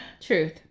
Truth